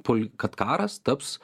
pol kad karas taps